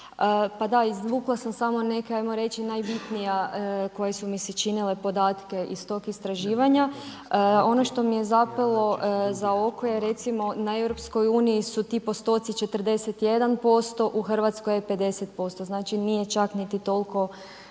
Pa da, izvukla sam samo neke ajmo reći najbitnije koje su mi se činile podatke iz tog istraživanja. Ono što mi je zapelo za oko je recimo na EU su ti postoci 41% u Hrvatskoj je 50%, znači nije čak niti toliko